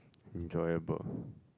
enjoyable